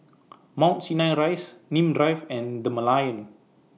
Mount Sinai Rise Nim Drive and The Merlion